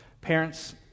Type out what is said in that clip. Parents